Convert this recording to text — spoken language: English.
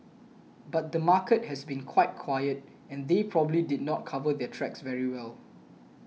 but the market has been quite quiet and they probably did not cover their tracks very well